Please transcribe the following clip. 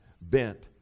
bent